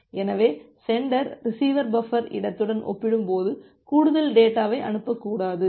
எனவே centre receiver buffer இடத்துடன் ஒப்பிடும்போது கூடுதல் டேட்டாவை அனுப்பக்கூடாது